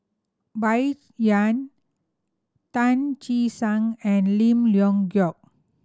Bai Yan Tan Che Sang and Lim Leong Geok